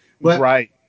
Right